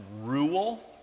rule